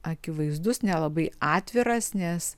akivaizdus nelabai atviras nes